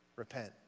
repent